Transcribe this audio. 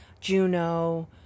Juno